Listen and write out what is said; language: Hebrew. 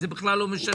זה לא משנה.